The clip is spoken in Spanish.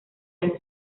año